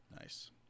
nice